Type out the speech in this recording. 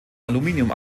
aluminium